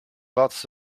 lots